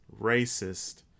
racist